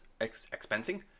expensing